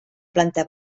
planta